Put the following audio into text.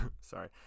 Sorry